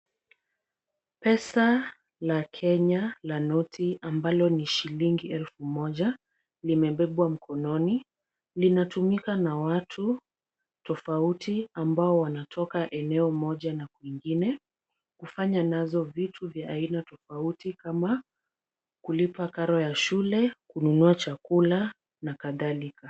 Pesa la Kenya la noti ambalo ni shilingi elfu moja, limebebwa mkononi. Linatumika na watu tofauti, ambao wanatoka eneo moja na kwingine, kufanya nazo vitu vya aina tofauti kama kulipa karo ya shule, kununua chakula na kadhalika.